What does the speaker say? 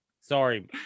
sorry